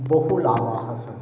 बहुलाभाः सन्ति